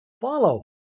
follow